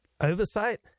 oversight